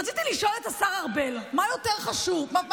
רציתי לשאול את השר ארבל מה יותר חשוב: